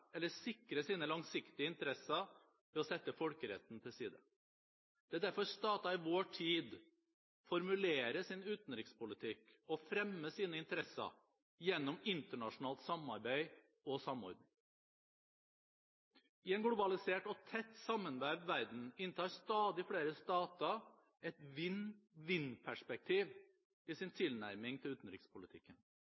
eller sikre sine langsiktige interesser ved å sette folkeretten til side. Det er derfor stater i vår tid formulerer sin utenrikspolitikk og fremmer sine interesser gjennom internasjonalt samarbeid og samordning. I en globalisert og tett sammenvevd verden inntar stadig flere stater et vinn-vinn-perspektiv i sin